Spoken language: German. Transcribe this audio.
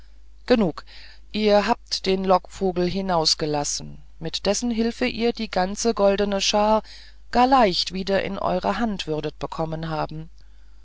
genug ihr habt den lockvogel hinausgelassen mit dessen hilfe ihr die ganze goldne schar gar leichtlich wieder in eure hand würdet bekommen haben